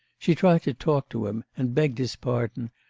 she tried to talk to him, and begged his pardon,